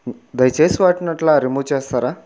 దయచేసి వాటిని అట్లా రిమూవ్ చేస్తారా